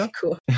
cool